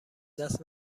دست